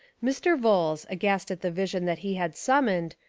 mr. vholes, aghast at the vision that he had summoned,